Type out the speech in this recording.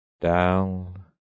Down